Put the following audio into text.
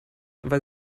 weil